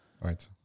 Right